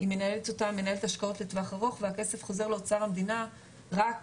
היא מנהלת השקעות לטווח ארוך והכסף חוזר לאוצר המדינה רק